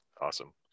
Awesome